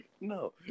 No